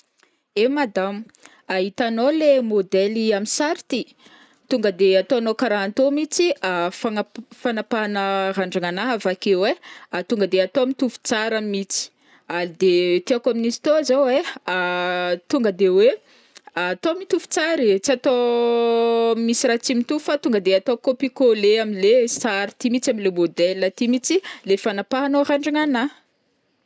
Eh madamo, hitanao le modèly am sary ity, tonga de ataonao karaha an'tô mihitsy fanapahana randragnanahy avakeo ai, tonga de atao mitovy tsara mihitsy, de tiako amin'izy tô zao ai ah tonga de hoe atao mitovy tsara ee, tsy atao misy raha tsy mitovy fa tonga de copié-collé am le sary ity mihitsy, am le modèle ity mihitsy le fanapahanao randragnanahy.